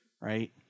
right